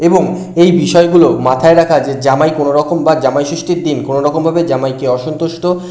এবং এই বিষয়গুলো মাথায় রাখা যে জামাই কোনো রকম বা জামাই ষষ্ঠীর দিন কোনো রকমভাবে জামাইকে অসন্তুষ্ট